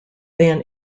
than